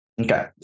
Okay